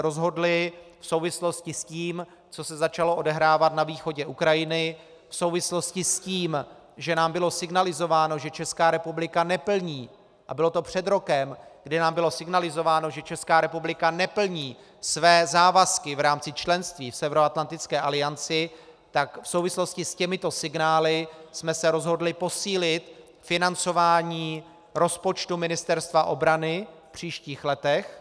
Rozhodli jsme se v souvislosti s tím, co se začalo odehrávat na východě Ukrajiny, v souvislosti s tím, že nám bylo signalizováno, že Česká republika neplní, a bylo to před rokem, kdy nám bylo signalizováno, že ČR neplní své závazky v rámci členství v Severoatlantické alianci, tak v souvislosti s těmito signály jsme se rozhodli posílit financování rozpočtu Ministerstva obrany v příštích letech.